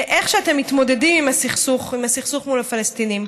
לאיך שאתם מתמודדים עם הסכסוך מול הפלסטינים.